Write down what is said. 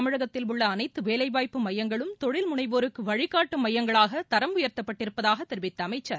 தமிழகத்தில் உள்ள அனைத்து வேலைவாய்ப்பு மையங்களும் தொழில் முனைவோருக்கு வழிகாட்டும் மையங்களாக தரம் உயர்த்தப்பட்டிருப்பதாகத் தெரிவித்த அமைச்சர்